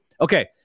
Okay